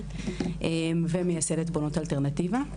ומייסדת 'בונות אלטרנטיבה'.